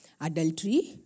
adultery